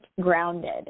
grounded